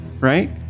right